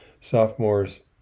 Sophomores